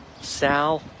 Sal